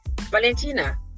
Valentina